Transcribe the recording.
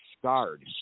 Scarred